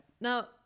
Now